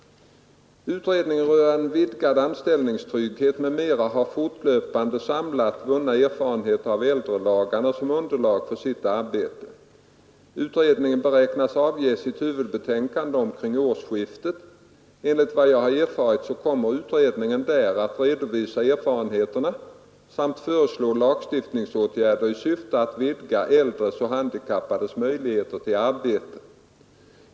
Utredningen rörande vidgad anställningstrygghet m.m. har fortlöpande samlat vunna erfarenheter av äldrelagarna som underlag för sitt arbete. Utredningen beräknas avge sitt huvudbetänkande omkring årsskiftet. Enligt vad jag har erfarit kommer utredningen där att redovisa erfarenheterna samt föreslå lagstiftningsåtgärder i syfte att vidga äldres och handikappades möjligheter till arbete.